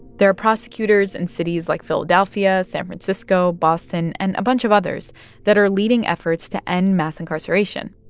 there are prosecutors in cities like philadelphia, san francisco, boston and a bunch of others that are leading efforts to end mass incarceration.